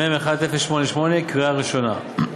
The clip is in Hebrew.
מ/1088, קריאה ראשונה.